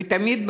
ותמיד,